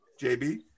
JB